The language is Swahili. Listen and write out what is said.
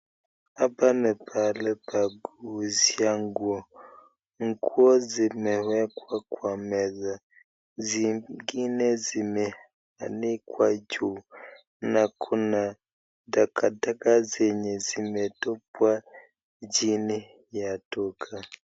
Hapa ni oahali pa kuuzia nguo, nguo zimewekwa kwa meza, zingine zimeanikwa juu na kuna takataka zenye zimetupwa chini ya duka.